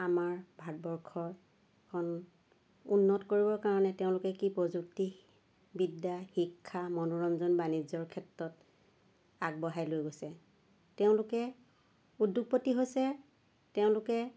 আমাৰ ভাৰতবৰ্ষখন উন্নত কৰিবৰ কাৰণে তেওঁলোকে কি প্ৰযুক্তিবিদ্যা শিক্ষা মনোৰঞ্জন বাণিজ্যৰ ক্ষেত্ৰত আগবঢ়াই লৈ গৈছে তেওঁলোকে উদ্যোগপতি হৈছে তেওঁলোকে